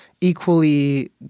equally